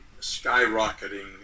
skyrocketing